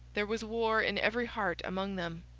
there was war in every heart among them.